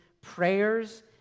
prayers